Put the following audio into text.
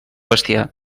bestiar